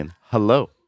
hello